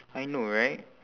I know right